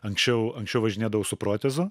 anksčiau anksčiau važinėdavau su protezu